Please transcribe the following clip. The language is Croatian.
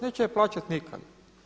Neće je plaćati nikada.